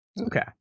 Okay